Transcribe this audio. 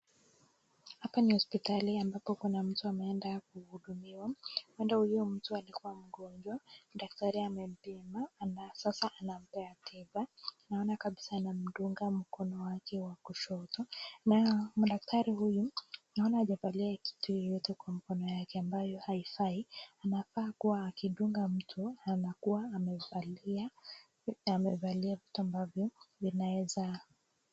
Hapa ni hosipitali ambapo kuna mtu ameenda kuhudumiwa, uenda huyu mtu alikuwa mgonjwa. Dakitari amempima, na sasa anampea tiba, naona kabisa anamdunga mkono wake wa kushoto nao dakitari huyu naona hajavalia kitu yeyote kwa mkono yake ambayo haifai, anafaa kuwa akidunga mtu ama kuwa amevalia vitu ambavyo zinaweza.